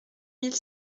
mille